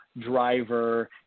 driver